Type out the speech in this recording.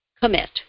commit